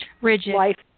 Rigid